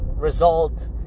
result